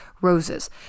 roses